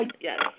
Yes